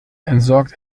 entsorgt